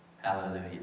Hallelujah